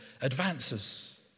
advances